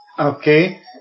Okay